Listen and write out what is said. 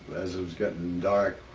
as it was getting dark,